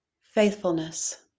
faithfulness